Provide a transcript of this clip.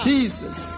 Jesus